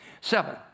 Seven